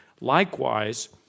Likewise